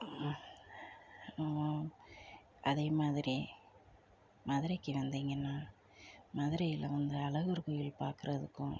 அதே மாதிரி மதுரைக்கு வந்திங்கன்னால் மதுரையில் வந்து அழகர் கோயில் பார்க்குறதுக்கும்